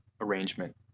arrangement